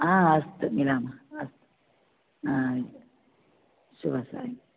हा अस्तु मिलामः अस्तु हा शुभसायं